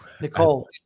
Nicole